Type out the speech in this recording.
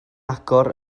agor